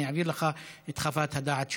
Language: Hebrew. ואני אעביר לך את חוות הדעת שלו.